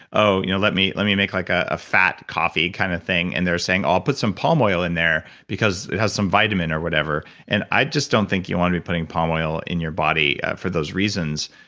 oh, you know let me let me make like ah a fat coffee kind of thing. and they're saying, oh, put some palm oil in there, because it has some vitamin or whatever. and i just don't think you want to be putting palm oil in your body for those reasons.